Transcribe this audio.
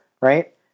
right